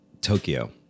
Tokyo